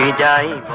ah da